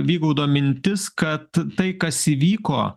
vygaudo mintis kad tai kas įvyko